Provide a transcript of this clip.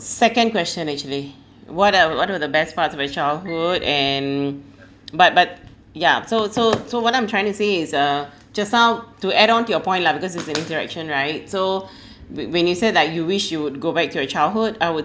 second question actually what are what were the best parts of my childhood and but but ya so so so what I'm trying to say is uh just now to add on to your point lah because it's an interaction right so when when you said like you wish you would go back to your childhood I would